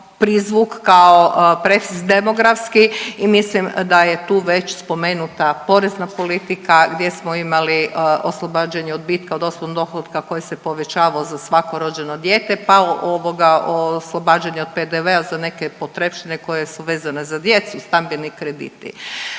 prizvuk, kao prefiks demografski i mislim da je tu već spomenuta porezna politika gdje smo imali oslobađanje odbitka od osobnog dohotka koji se povećavao za svako rođeno dijete, pa ovoga oslobađanje od PDV-a za neke potrepštine koje su vezane za djecu, stambeni krediti.